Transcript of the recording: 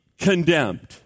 condemned